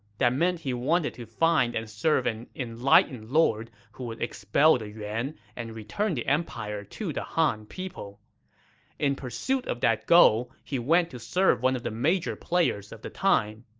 that meant he wanted to find and serve an enlightened lord who would expel the yuan and return the empire to the han. in pursuit of that goal, he went to serve one of the major players of the time.